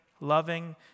loving